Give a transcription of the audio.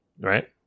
right